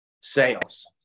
sales